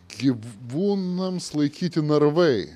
gyvūnams laikyti narvai